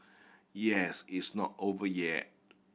yes it's not over yet